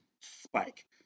spike